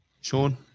Sean